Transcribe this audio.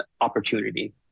opportunity